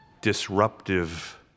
disruptive